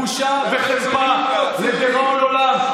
בושה וחרפה לדיראון עולם.